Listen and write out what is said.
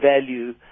value